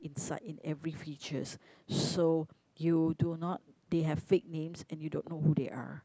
inside in every features so you do not they have fake names and you don't know who they are